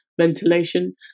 ventilation